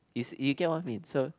is you get what I mean so